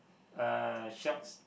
uh sharks